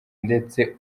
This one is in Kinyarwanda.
ndetse